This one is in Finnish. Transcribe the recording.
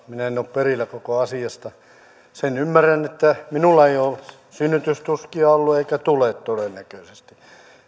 minä en ole perillä koko asiasta sen ymmärrän että minulla ei ole synnytystuskia ollut eikä tule todennäköisesti